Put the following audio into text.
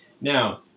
Now